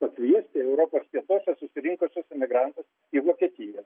pakviesti europos pietuose susirinkusius emigrantus į vokietiją